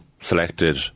selected